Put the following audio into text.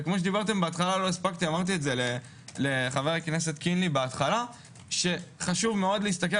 אמרתי לחבר הכנסת קינלי בהתחלה - חשוב להסתכל